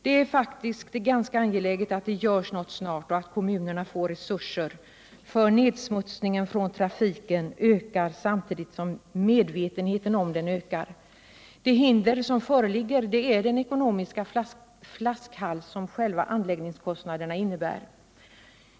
Det är faktiskt ganska angeläget att det görs något snart och att kommunerna får resurser, eftersom nedsmutsningen från trafiken ökar, samtidigt som medvetenheten om den också ökar. Det hinder som föreligger är den ekonomiska flaskhals som själva anläggningskostnaderna utgör.